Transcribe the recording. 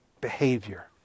behavior